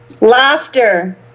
Laughter